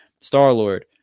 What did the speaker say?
Star-Lord